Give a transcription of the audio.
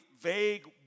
vague